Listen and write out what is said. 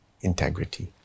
integrity